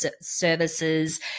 services